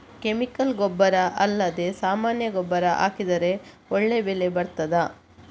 Chemical ಗೊಬ್ಬರ ಅಲ್ಲದೆ ಸಾಮಾನ್ಯ ಗೊಬ್ಬರ ಹಾಕಿದರೆ ಒಳ್ಳೆ ಬೆಳೆ ಬರ್ತದಾ?